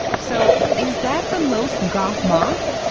so is that the most goth moth?